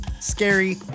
scary